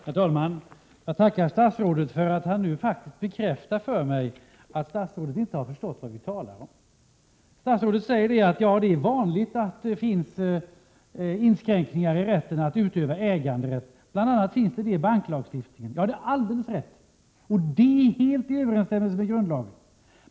Herr talman! Jag tackar statsrådet för att han nu faktiskt bekräftar för mig att han inte har förstått vad vi talar om. Statsrådet säger att det är vanligt att det finns inskränkningar i rätten att utöva ägande, bl.a. i banklagstiftningen. Ja, det är alldeles riktigt, och det står helt i överensstämmelse med grundlagen.